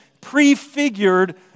prefigured